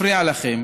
מפריע לכם